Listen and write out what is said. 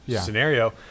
scenario